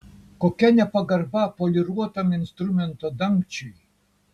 kokia nepagarba poliruotam instrumento dangčiui